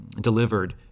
delivered